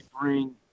bring